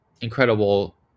incredible